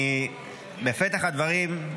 בפתח הדברים,